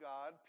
God